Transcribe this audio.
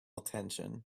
attention